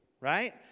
right